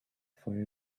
for